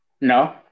No